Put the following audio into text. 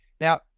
Now